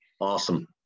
Awesome